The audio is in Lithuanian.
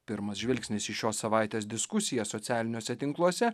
pirmas žvilgsnis į šios savaitės diskusiją socialiniuose tinkluose